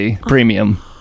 premium